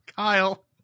Kyle